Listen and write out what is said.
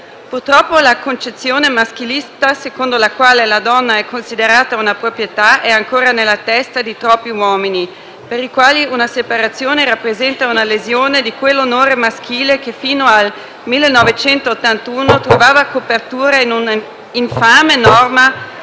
Purtroppo la concezione maschilista, secondo la quale la donna è considerata una proprietà, è ancora nella testa di troppi uomini, per i quali una separazione rappresenta una lesione di quell'onore maschile che fino al 1981 trovava copertura in un'infame norma